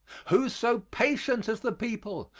who so patient as the people?